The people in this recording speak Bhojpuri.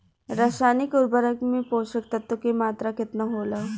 रसायनिक उर्वरक मे पोषक तत्व के मात्रा केतना होला?